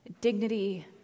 dignity